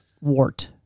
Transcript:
Wart